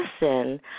listen